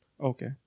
Okay